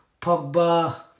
Pogba